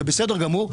זה בסדר גמור,